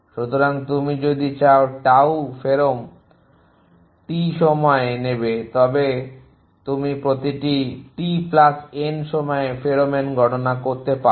সুতরাং তুমি যদি টাউ ফেরোম1 t সময়ে তবে তুমি প্রতিটি T প্লাস N সময়ে ফেরোমোন গণনা করতে পারবে